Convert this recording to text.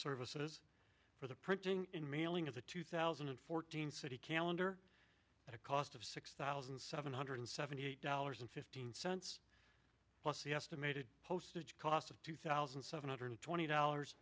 services for the printing and mailing of the two thousand and fourteen city calendar at a cost of six thousand seven hundred seventy eight dollars and fifteen cents plus the estimated postage cost of two thousand seven hundred twenty dollars